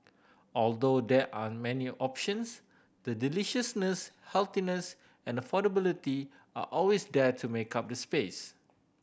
although there aren't many options the deliciousness healthiness and affordability are always there to make up the space